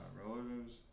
Relatives